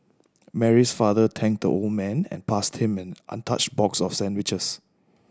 Mary's father thank the old man and passed him an untouched box of sandwiches